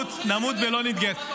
נמות ולא נתגייס.